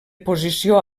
posició